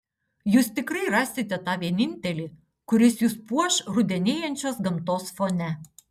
jūs tikrai rasite tą vienintelį kuris jus puoš rudenėjančios gamtos fone